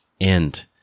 end